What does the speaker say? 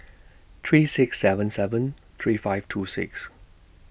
three six seven seven three five two six